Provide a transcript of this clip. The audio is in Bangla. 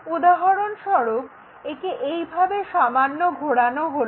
উদাহরণস্বরূপ একে এই ভাবে সামান্য ঘোরানো হলো